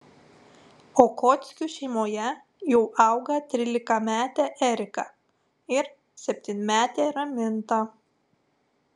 okockių šeimoje jau auga trylikametė erika ir septynmetė raminta